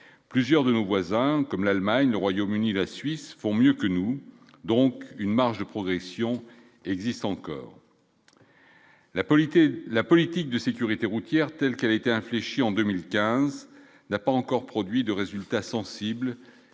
plusieurs de nos voisins comme l'Allemagne, le Royaume-Uni, la Suisse font mieux que nous, donc une marge de progression existe encore. La politique et la politique de sécurité routière telle qu'a été infléchie en 2015, n'a pas encore produit de résultats sensibles